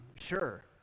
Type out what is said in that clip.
sure